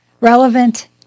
relevant